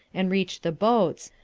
and reach the boats,